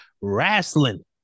wrestling